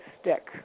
stick